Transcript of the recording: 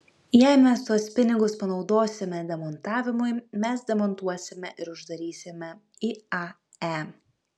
jei mes tuos pinigus panaudosime demontavimui mes demontuosime ir uždarysime iae